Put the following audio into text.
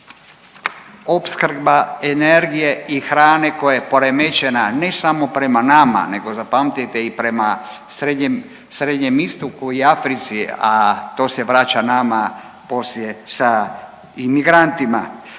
opskrba energije i hrane koja je poremećena ne samo prema nama, nego zapamtite i prema srednjem, Srednjem Istoku i Africi, a to se vraća nama poslije sa imigrantima.